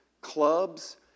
clubs